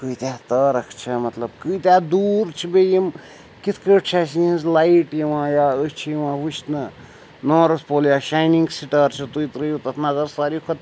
کۭتیٛاہ تارَک چھِ مطلب کۭتیٛاہ دوٗر چھِ بیٚیہِ یِم کِتھ کٲٹھۍ چھِ اَسہِ یِہِنٛز لایٹ یِوان یا أسۍ چھِ یِوان وٕچھنہٕ نارٕتھ پول یا شاینِنٛگ سِٹار چھِ تُہۍ ترٛٲیِو تَتھ نظر ساروی کھۄتہٕ